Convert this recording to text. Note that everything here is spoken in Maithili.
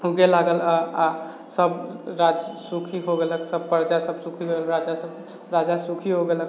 उगे लागल अऽ आ सभ राज सुखी हो गेलक सभ पर प्रजा सभ सुखी राजा राजा सुखी हो गेलक